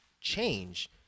change